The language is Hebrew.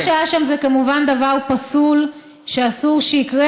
מה שהיה שם זה כמובן דבר פסול שאסור שיקרה,